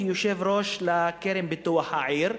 כיושב-ראש קרן פיתוח העיר,